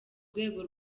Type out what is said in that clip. rwego